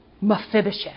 Mephibosheth